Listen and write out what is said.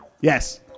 Yes